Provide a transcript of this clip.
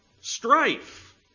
Strife